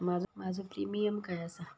माझो प्रीमियम काय आसा?